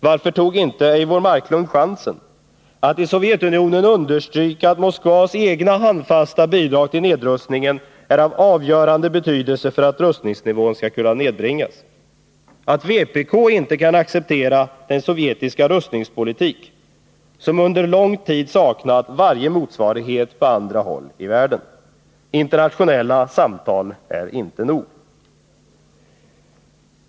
Varför tog inte Eivor Marklund chansen att i Sovjetunionen understryka att Moskvas egna handfasta bidrag till nedrustningen är av avgörande betydelse för att rustningsnivån skall kunna nedbringas, att vpk inte kan acceptera den sovjetiska rustningspolitik som under lång tid saknat varje motsvarighet på andra håll i världen? Internationella samtal är inte nog.